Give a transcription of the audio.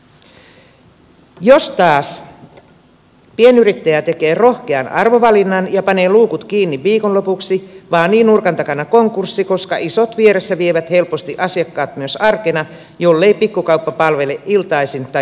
jos taas pienyrittäjä tekee rohkean arvovalinnan ja panee luukut kiinni viikonlopuksi vaanii nurkan takana konkurssi koska isot vieressä vievät helposti asiakkaat myös arkena jollei pikkukauppa palvele iltaisin tai sunnuntaisin